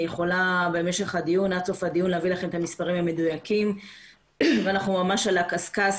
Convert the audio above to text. אני יכולה להביא עד סוף הדיון את המספרים המדויקים ואנחנו ממש על הגבול